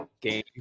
game